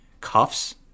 cuffs